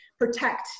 protect